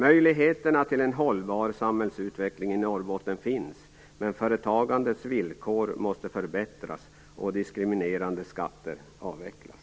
Möjligheterna till en hållbar samhällsutveckling i Norrbotten finns, men företagandets villkor måste förbättras och diskriminerande skatter avvecklas.